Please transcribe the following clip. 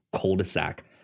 cul-de-sac